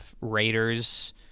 Raiders